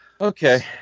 Okay